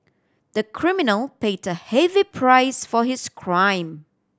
the criminal paid a heavy price for his crime